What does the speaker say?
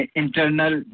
internal